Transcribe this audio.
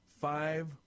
five